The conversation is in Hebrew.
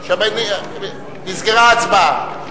נסגרה ההצבעה.